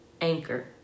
anchor